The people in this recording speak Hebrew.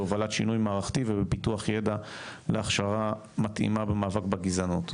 בהובלת שינוי מערכתי ובפיתוח ידע להכשרה מתאימה במאבק בגזענות.